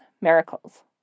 miracles